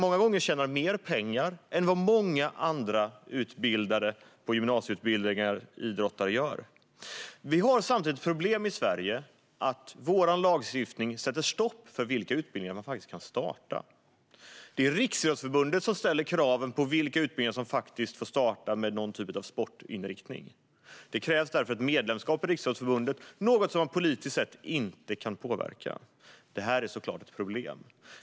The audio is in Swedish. Många gånger tjänar de mer pengar än vad många andra idrottare som gått idrottsgymnasium gör. Samtidigt sätter vår lagstiftning stopp för vilka idrottsutbildningar som kan startas. Det är Riksidrottsförbundet som bestämmer vilka utbildningar med sportinriktning som får starta. Det krävs medlemskap i förbundet - något som vi politiskt inte kan påverka. Detta är såklart ett problem.